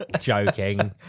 Joking